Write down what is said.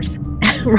right